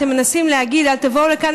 אתם מנסים להגיד: אל תבואו לכאן,